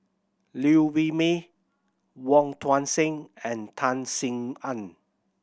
Liew Wee Mee Wong Tuang Seng and Tan Sin Aun